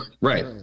right